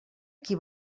qui